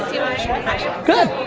emotional connection good.